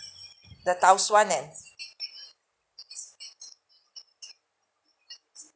the tau suan and